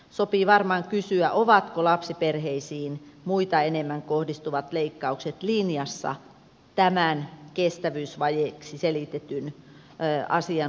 sopii varmaan kysyä ovatko lapsiperheisiin muita enemmän kohdistuvat leikkaukset linjassa tämän kestävyysvajeeksi selitetyn asian kuntoonsaamisen kanssa